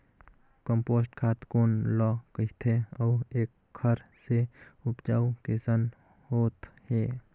Compost खाद कौन ल कहिथे अउ एखर से उपजाऊ कैसन होत हे?